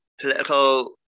political